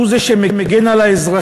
שהוא זה שמגן על האזרחים,